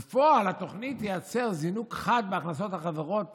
"בפועל, התוכנית תייצר זינוק חד בהכנסות החברות